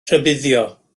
rhybuddio